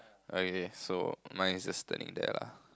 okay so mine is just standing there lah